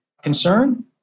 concern